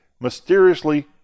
mysteriously